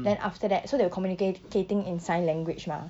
then after that so they were communicating in sign language mah